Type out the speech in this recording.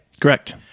Correct